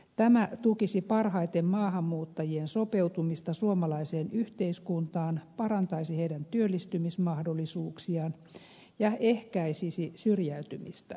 tämä tukisi parhaiten maahanmuuttajien sopeutumista suomalaiseen yhteiskuntaan parantaisi heidän työllistymismahdollisuuksiaan ja ehkäisisi syrjäytymistä